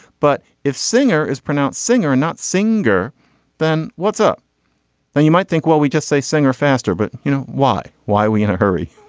but if singer is pronounced singer and not singer then what's up then you might think well we just say singer faster. but you know why why are we in a hurry.